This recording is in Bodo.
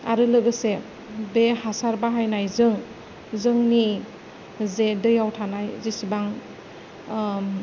आरो लोगोसे बे हासार बाहायनायजों जोंनि जे दैयाव थानाय जेसेबां